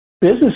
Business